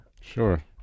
Sure